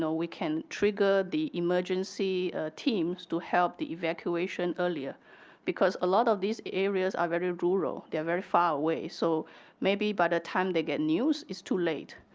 so we can trigger the emergency teams to help the evacuation earlier because a lot of these areas are very rural. they are very far away. so maybe by the time they get news, it's too late.